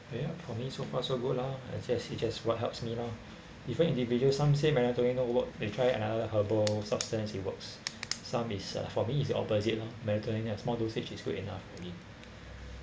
ther~ for me so far so good lah actually I see just what helps me lor different individuals some say melatonin don't work they try another herbal substance it works some is uh for me is the opposite loh melatonin small dosage is good enough I mean